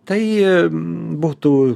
tai būtų